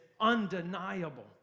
undeniable